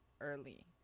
early